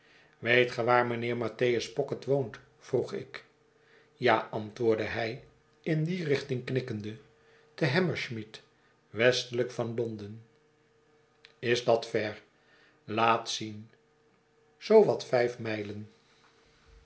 ge waar mijnheer mattheus pocket woont vroeg ik ja antwoordde hij in die richting knikkende te hammersmith westelijk van londen is dat ver laat zien zoo wat vijf mijlen